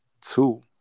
Two